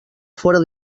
fóra